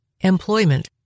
employment